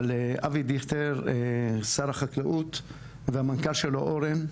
אבל אבי דיכטר שר החקלאות והמנכ"ל שלו אורן,